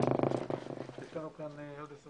ננעלה בשעה